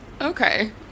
Okay